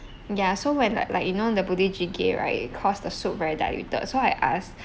ya so when like like you know the budae jjigae right cause the soup very diluted so I asked